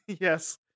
yes